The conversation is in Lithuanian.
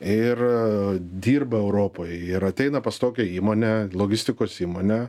ir dirba europoj ir ateina pas tokią įmonę logistikos įmonę